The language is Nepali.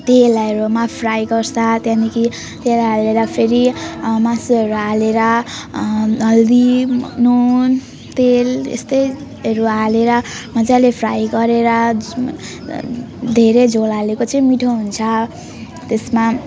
तेलहरूमा फ्राई गर्छ त्यहाँदेखि तेल हालेर फेरि मासुहरू हालेर हर्दी नुन तेल यस्तैहरू हालेर मजाले फ्राई गरेर धेरै झोल हाले पछि मिठो हुन्छ त्यसमा